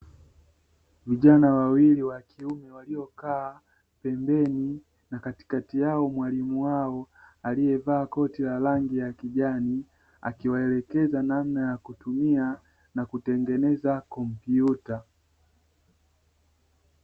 Vijana wawili wa kiume waliokaa pembeni, na katikatiyao mwalimu wao aliyevaa koti la rangi ya kijani akiwaelekeza namna yakutumia nakutengeneza kompyuta.